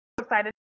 excited